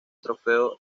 trofeo